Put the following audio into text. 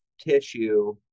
tissue